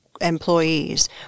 employees